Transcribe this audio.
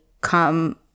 come